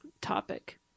topic